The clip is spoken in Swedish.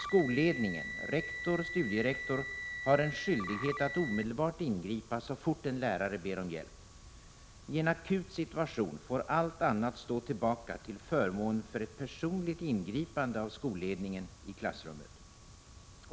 Skolledningen — rektor, studierektor — har en skyldighet att omedelbart ingripa så fort en lärare ber om hjälp. I en akut situation får allt annat stå tillbaka till förmån för ett personligt ingripande av skolledningen i klassrummet.